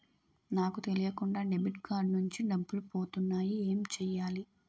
నాకు తెలియకుండా debit card నుంచి డబ్బులు పోతున్నాయి ఎం చెయ్యాలి?